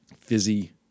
fizzy